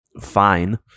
fine